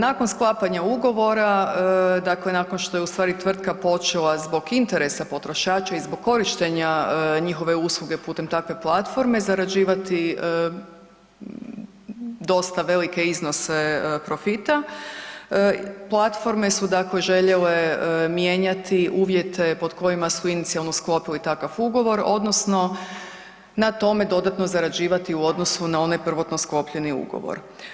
Nakon sklapanja ugovora dakle nakon što je tvrtka počela zbog interesa potrošača i zbog korištenja njihove usluge putem takve platforme zarađivati dosta velike iznose profita, platforme su željele mijenjati uvjete pod kojima su inicijalno sklopili takav ugovor odnosno na tome dodatno zarađivati u odnosu na onaj prvotno sklopljeni ugovor.